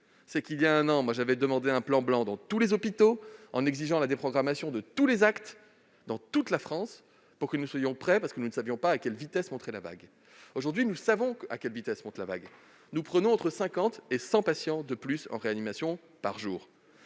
intense. Il y a un an, j'avais demandé l'activation du plan blanc dans tous les hôpitaux, en exigeant la déprogrammation de tous les actes dans toute la France pour que nous soyons prêts, parce que nous ne savions pas à quelle vitesse monterait la vague. Aujourd'hui, nous savons à quelle vitesse monte la vague : entre 50 et 100 patients sont admis en réanimation chaque jour.